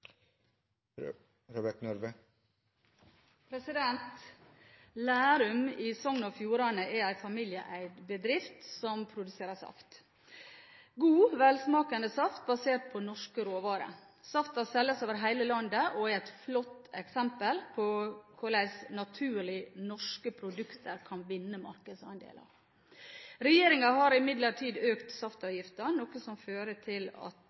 familieeid bedrift som produserer saft – god, velsmakende saft basert på norske råvarer. Saften selges over hele landet og er et flott eksempel på hvordan naturlige, norske produkter kan vinne markedsandeler. Regjeringen har imidlertid økt saftavgiften, noe som fører til